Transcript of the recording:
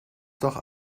doch